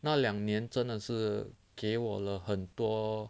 那两年真的是给我了很多